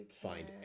find